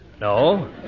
No